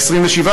באותו יום,